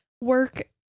work